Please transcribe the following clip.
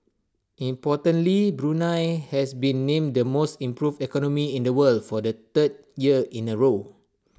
importantly Brunei has been named the most improved economy in the world for the third year in A row